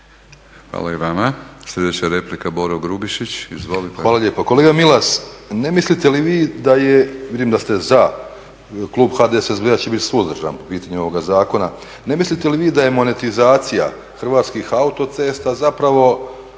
Hvala i vama. Sljedeća replika Boro Grubišić. **Grubišić, Boro (HDSSB)** Hvala lijepo. Kolega Milas ne mislite li vi da je, vidim da ste za, klub HDSSB-a će biti suzdržan po pitanju ovoga zakona, ne mislite li vi da je monetizacija Hrvatskih autocesta zapravo